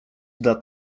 dla